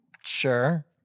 Sure